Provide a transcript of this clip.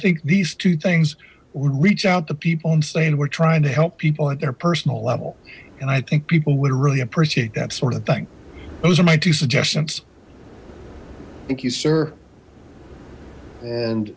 think these two things would reach out the people and saying we're trying to help people at their personal level and i think people would really appreciate that sort of thing those are my two suggestions thank you sir and